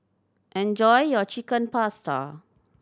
enjoy your Chicken Pasta